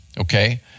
okay